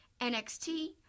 NXT